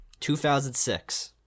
2006